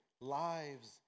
lives